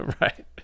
Right